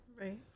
Right